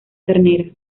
ternera